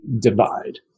divide